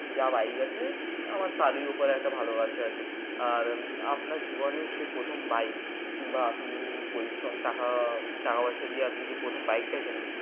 যা বাইক আছে আমার তারই ওপরে একটা ভালোবাসা আছে আর আপনার জীবনের যে প্রথম বাইক কিংবা আপনি পরিশ্রম টাকা টাকাপয়সা দিয়ে আপনি যে প্রথম বাইকটা কেনেন